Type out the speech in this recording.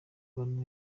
abantu